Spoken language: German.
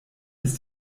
ist